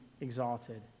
exalted